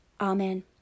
Amen